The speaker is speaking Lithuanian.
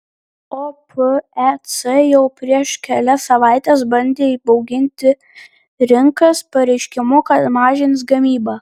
opec jau prieš kelias savaites bandė įbauginti rinkas pareiškimu kad mažins gamybą